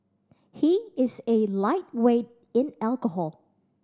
he is a lightweight in alcohol